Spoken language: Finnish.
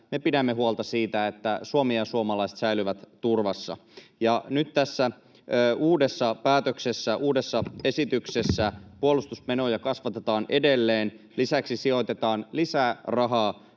me pidämme huolta siitä, että Suomi ja suomalaiset säilyvät turvassa. Nyt tässä uudessa päätöksessä ja uudessa esityksessä puolustusmenoja kasvatetaan edelleen. Lisäksi sijoitetaan lisää rahaa